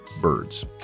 birds